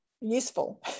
useful